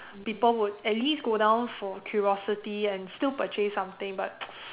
people would at least go down for curiosity and still purchase something but